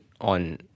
on